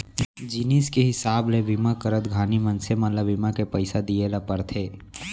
जिनिस के हिसाब ले बीमा करत घानी मनसे मन ल बीमा के पइसा दिये ल परथे